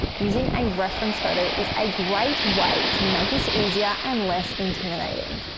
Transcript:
using a reference photo is a great way to make this easier and less intimidating.